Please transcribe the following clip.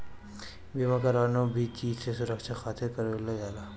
बीमा कवनो भी चीज के सुरक्षा खातिर करवावल जाला